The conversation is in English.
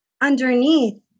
underneath